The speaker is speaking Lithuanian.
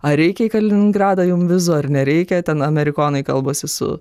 ar reikia į kaliningradą jiem vizų ar nereikia ten amerikonai kalbasi su